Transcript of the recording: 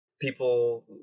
people